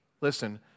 listen